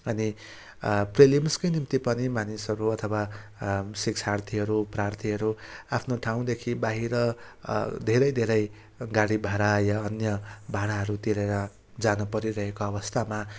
अनि प्रिलिम्सकै निम्ति पनि मानिसहरू अथवा शिक्षार्थीहरू प्रार्थीहरू आफ्नो ठाउँदेखि बाहिर धेरै धेरै गाडी भाडा या अन्य भाडाहरू तिरेर जान परिरहेको अवस्थामा